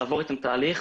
לעבור איתם תהליך